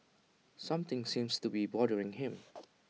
something seems to be bothering him